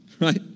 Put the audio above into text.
right